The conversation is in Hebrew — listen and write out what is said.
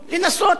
לאזן אמרנו?